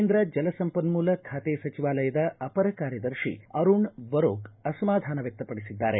ಕೇಂದ್ರ ಜಲ ಸಂಪನ್ನೂಲ ಖಾತೆ ಸಚಿವಾಲಯದ ಅಪರ ಕಾರ್ಯದರ್ಶಿ ಅರುಣ ಬರೋಕ ಅಸಮಾಧಾನ ವ್ಯಕ್ತಪಡಿಸಿದ್ದಾರೆ